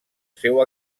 seu